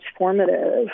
transformative